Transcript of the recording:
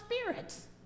spirits